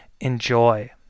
enjoy